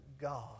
God